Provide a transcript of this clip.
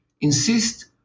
insist